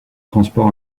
transport